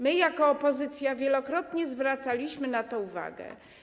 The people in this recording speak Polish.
My jako opozycja wielokrotnie zwracaliśmy na to uwagę.